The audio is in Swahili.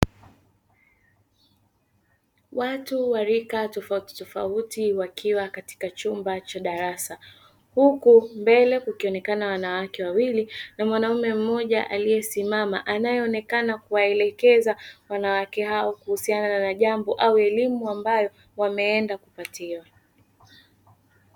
Watu wa rika tofauti tofauti wakiwa katika chumba cha darasa huku mbele kukionekana wanawake wawili na mwanaume mmoja aliyesimama, anayeonekana kuwaelekeza wanawake hao kuhusiana na jambo au elimu ambayo wameenda kupatiwa.